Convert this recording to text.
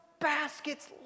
baskets